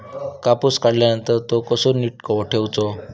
कापूस काढल्यानंतर तो कसो नीट ठेवूचो?